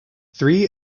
three